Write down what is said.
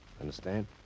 Understand